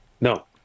no